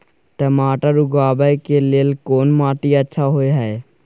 टमाटर उगाबै के लेल कोन माटी अच्छा होय है?